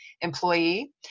employee